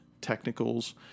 technicals